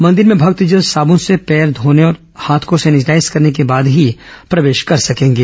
मंदिर में भक्तजन साबुन से पैर धोने और हाथों को सैनिटाईज करने के बाद ही प्रवेश कर सकेंगे